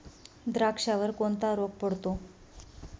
द्राक्षावर कोणता रोग पडतो?